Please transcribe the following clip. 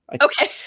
okay